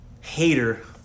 hater